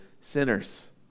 sinners